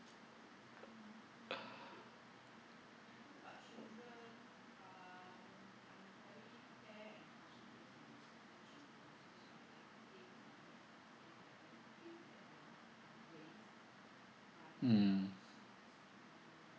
mm